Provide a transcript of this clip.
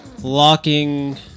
locking